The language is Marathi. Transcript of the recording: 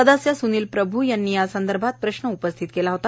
सदस्य सुनील प्रभू यांनी यासंदर्भात प्रश्न उपस्थित केला होता